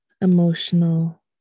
emotional